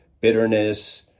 bitterness